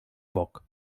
bok